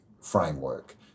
framework